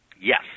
Yes